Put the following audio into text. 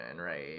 right